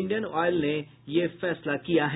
Indian oil ने ये फैसला लिया है